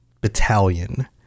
Battalion